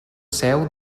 seu